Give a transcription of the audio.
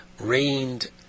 rained